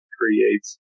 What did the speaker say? creates